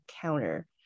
counter